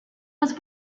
was